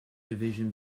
division